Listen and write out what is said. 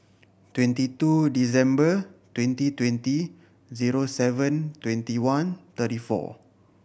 twenty two December twenty twenty zero seven twenty one thirty four